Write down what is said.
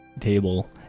table